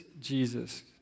Jesus